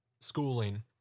schooling